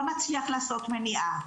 לא נצליח לעשות מניעה,